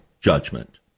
judgment